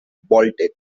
bolted